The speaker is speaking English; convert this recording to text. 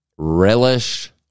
Relish